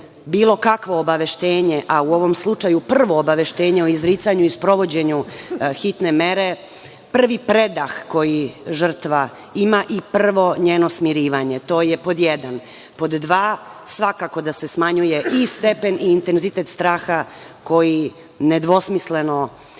bilo kakvo obaveštenje, a u ovom slučaju prvo obaveštenje o izricanju i sprovođenju hitne mere prvi predah koji žrtva ima i prvo njeno smirivanje. To je pod jedan. Pod dva, svakako da se smanjuje i stepen i intenzitet straha koji nedvosmisleno